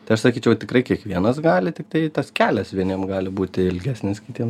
tai aš sakyčiau tikrai kiekvienas gali tiktai tas kelias vieniem gali būti ilgesnis kitiem